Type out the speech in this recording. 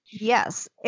Yes